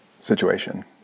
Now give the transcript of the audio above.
situation